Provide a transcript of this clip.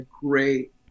great